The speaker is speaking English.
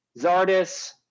Zardis